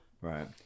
Right